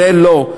זה לא.